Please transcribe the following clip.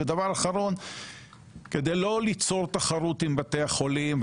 ודבר אחרון כדי לא ליצור תחרות עם בתי החולים,